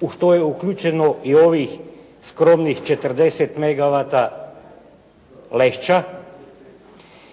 u što je uključeno i ovih skromnih 40 megawata Lešća